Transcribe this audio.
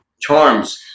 charms